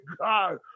God